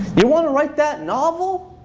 you want to write that novel?